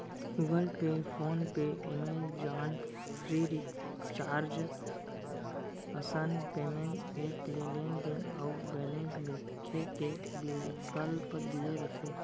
Google Pay, PhonePe, Amazon, Freecharge असन payment app ले लेनदेन अउ बेलेंस देखे के बिकल्प दिये रथे